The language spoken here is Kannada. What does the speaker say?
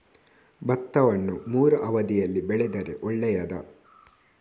ಭತ್ತವನ್ನು ಮೂರೂ ಅವಧಿಯಲ್ಲಿ ಬೆಳೆದರೆ ಒಳ್ಳೆಯದಾ?